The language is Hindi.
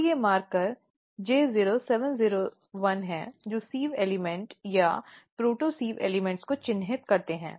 तो ये मार्कर J0701 हैं जो सिव़ एलिमेंट या प्रोटोसिव तत्वों को चिह्नित करते हैं